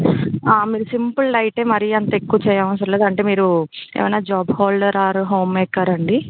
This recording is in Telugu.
మీరు సింపుల్ డైట్ మరి అంత ఎక్కువ చేయనవసరం లేదు అంటే మీరు జాబ్ హోల్డరా ఆర్ హోంమేకరా అండి